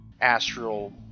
Astral